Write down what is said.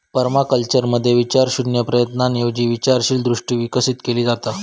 पर्माकल्चरमध्ये विचारशून्य प्रयत्नांऐवजी विचारशील दृष्टी विकसित केली जाता